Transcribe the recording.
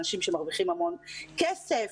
אנשים שמרוויחים המון כסף,